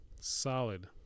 solid